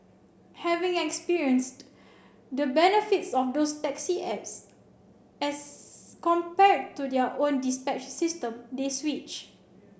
having experienced the benefits of those taxi apps as compared to their own dispatch system they switch